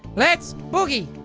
let's boogie.